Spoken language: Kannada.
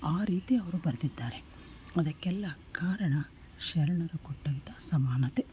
ಆ ರೀತಿ ಅವರು ಬರೆದಿದ್ದಾರೆ ಅದಕ್ಕೆಲ್ಲ ಕಾರಣ ಶರಣರು ಕೊಟ್ಟಂತ ಸಮಾನತೆ